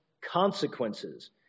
consequences